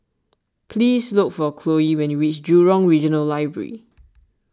please look for Cloe when you reach Jurong Regional Library